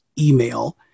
email